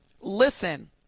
Listen